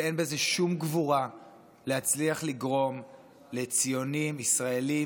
ואין בזה שום גבורה להצליח לגרום לציונים ישראלים